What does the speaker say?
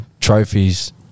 trophies